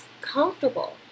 comfortable